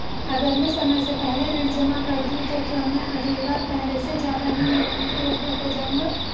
अगर मैं समय से पहले ऋण जमा कर दूं तो क्या मैं अगली बार पहले से ज़्यादा ऋण लेने के योग्य हो जाऊँगा?